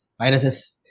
viruses